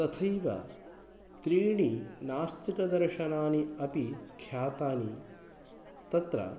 तथैव त्रीणि नास्तिकदर्शनानि अपि ख्यातानि तत्र